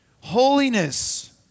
holiness